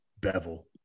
bevel